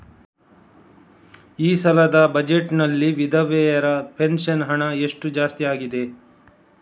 ಈ ಸಲದ ಬಜೆಟ್ ನಲ್ಲಿ ವಿಧವೆರ ಪೆನ್ಷನ್ ಹಣ ಎಷ್ಟು ಜಾಸ್ತಿ ಆಗಿದೆ?